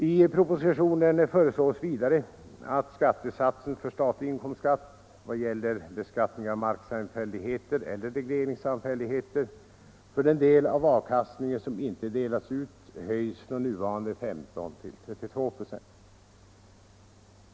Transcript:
I propositionen föreslås vidare att skattesatsen för statlig inkomstskatt i vad gäller beskattningen av marksamfälligheter eller regleringssamfälligheter för den del av avkastningen som inte har delats ut höjs från nuvarande 15 till 32 96.